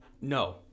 No